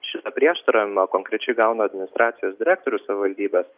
šitą prieštaravimą konkrečiai gauna administracijos direktorius savivaldybės